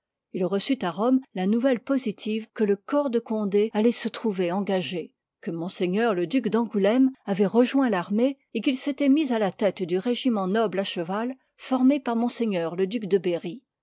il reçut à rome la nouvelle positive que le corps de condé alloit se trouver engagé que ms le duc d'angouléme avoit rejoint l'armée et qu'il s'étoit mis à la tête du régiment noble à cheval formé par m le duc de berry